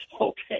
Okay